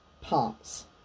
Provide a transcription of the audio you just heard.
parts